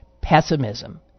Pessimism